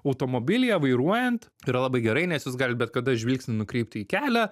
automobilyje vairuojant yra labai gerai nes jūs galit bet kada žvilgsnį nukreipti į kelią